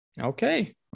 Okay